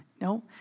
no